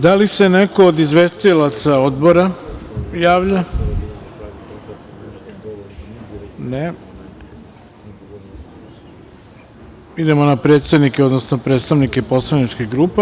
Da li se neko od izvestilaca odbora javlja? (Ne.) Idemo na predsednike, odnosno predstavnike poslaničkih grupa.